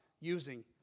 using